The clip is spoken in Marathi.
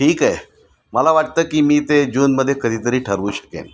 ठीक आहे मला वाटतं की मी ते जूनमध्ये कधीतरी ठरवू शकेन